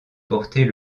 porter